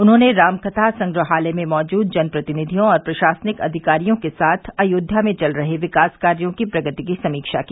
उन्होंने रामकथा संग्रहलय में मौजूद जनप्रतिनिधियों और प्रशासनिक अधिकारियों के साथ अयोध्या में चल रहे विकास कार्यो की प्रगति की समीक्षा की